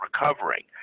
recovering